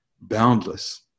Boundless